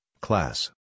class